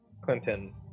clinton